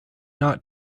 not